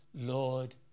Lord